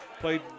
Played